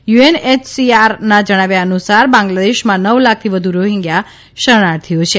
યુએનએયસીઆરના જણાવ્યા નુસાર બાંગ્લાદેશમાં નવ લાખથી વધુ રોહિંગ્યા શરણાર્થીઓ છે